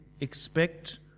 expect